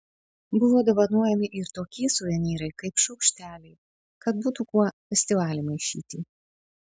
buvo dovanojami ir tokie suvenyrai kaip šaukšteliai kad būtų kuo festivalį maišyti